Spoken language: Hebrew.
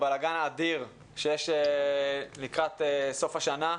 הבלגאן האדיר שיש לקראת סוף השנה.